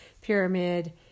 pyramid